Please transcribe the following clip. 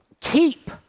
Keep